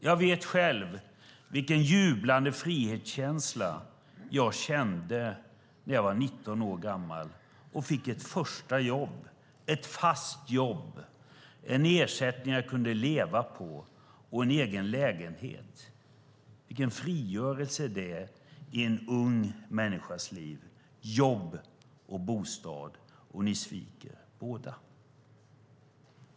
Jag vet själv vilken jublande frihetskänsla jag kände när jag var 19 år gammal och fick ett första jobb, ett fast jobb med en ersättning jag kunde leva på och en egen lägenhet. Vilken frigörelse det är i en ung människas liv, jobb och bostad. Ni sviker båda.